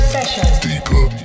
Deeper